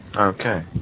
Okay